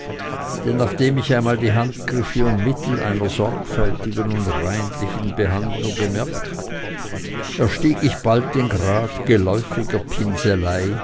nachdem ich einmal die handgriffe und mittel einer sorgfältigen und reinlichen behandlung gemerkt erstieg ich bald den grad geläufiger pinselei